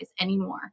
anymore